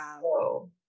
Wow